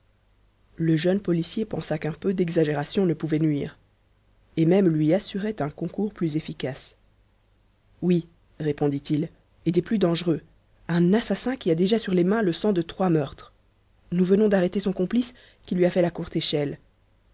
le jeune policier pensa qu'un peu d'exagération ne pouvait nuire et même lui assurait un concours plus efficace oui répondit-il et des plus dangereux un assassin qui a déjà sur les mains le sang de trois meurtres nous venons d'arrêter son complice qui lui a fait la